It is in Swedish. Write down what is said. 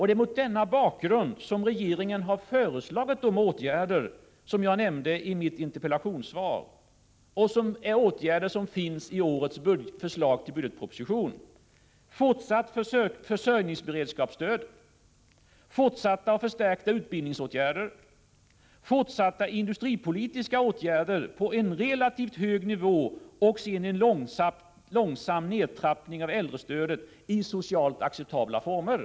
Det är mot denna bakgrund som regeringen har föreslagit de åtgärder som jag nämnde i mitt interpellationssvar, åtgärder som finns med i årets förslag till budgetproposition: fortsatt försörjningsberedskapsstöd, fortsatta och förstärkta utbildningsåtgärder, fortsatta industripolitiska åtgärder på en relativt hög nivå och sedan en långsam nedtrappning av äldrestödet i socialt acceptabla former.